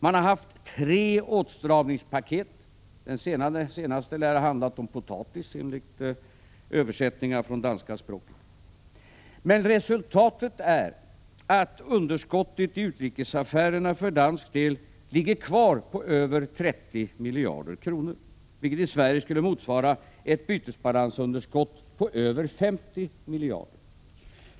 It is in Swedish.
Man har haft tre åtstramningspaket; det senaste lär ha handlat om potatis, enligt översättningar från danska språket. Men resultatet är att underskottet i utrikesaffärerna för dansk del ligger kvar på över 30 miljarder, vilket i Sverige skulle motsvara ett bytesbalansunderskott på över 50 miljarder.